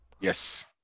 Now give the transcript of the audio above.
Yes